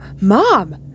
Mom